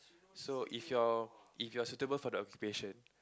so if you're if you're suitable for the occupation